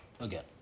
again